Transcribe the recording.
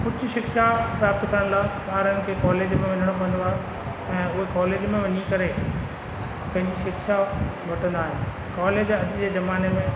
उच शिक्षा प्राप्त करण लाइ ॿारनि खे कॉलेज में वञिणो पवंदो आहे ऐं उहे कॉलेज में वञी करे पंहिंजी शिक्षा वठंदा आहिनि कॉलेज अॼ जे ज़माने में